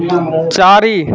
चारि